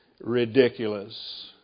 ridiculous